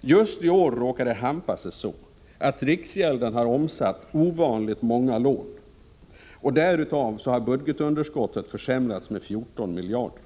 Just i år råkar det hampa sig så att riksgälden har omsatt ovanligt många lån. Till följd härav har budgetunderskottet försämrats med 14 miljarder.